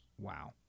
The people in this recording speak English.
Wow